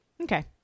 Okay